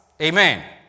Amen